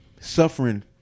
suffering